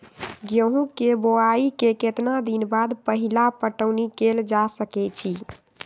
गेंहू के बोआई के केतना दिन बाद पहिला पटौनी कैल जा सकैछि?